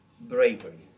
Bravery